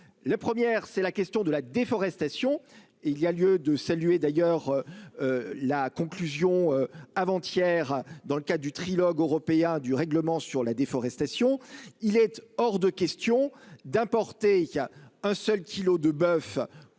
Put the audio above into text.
La première, c'est la question de la déforestation et il y a lieu de saluer d'ailleurs. La conclusion avant hier dans le cas du trilogue européens du règlement sur la déforestation. Il est hors de question d'importer il y a un seul kilo de boeuf.